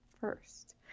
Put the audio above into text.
first